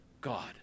God